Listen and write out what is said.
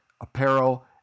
apparel